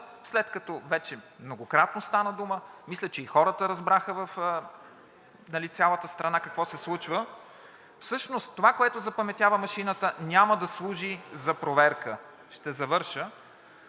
след като вече многократно стана дума, мисля, че и хората разбраха в цялата страна какво се случва? Всъщност това, което запаметява машината, няма да служи за проверка.